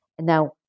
Now